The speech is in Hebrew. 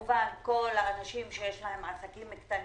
רוצים?" הדבר נכון לכל האנשים שיש להם עסקים קטנים,